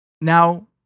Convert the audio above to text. Now